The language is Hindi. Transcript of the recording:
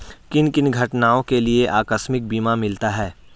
किन किन घटनाओं के लिए आकस्मिक बीमा मिलता है?